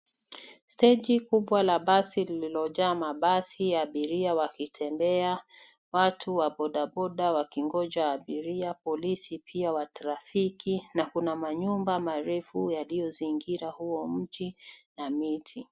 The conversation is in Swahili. Stage kubwa la basi lililojaa mabasi ya abiria wakitembea, watu wa bodaboda wakingoja abiria, police pia wa trafiki. Kuna manyumba marefu yaliozingira huo mji na miti.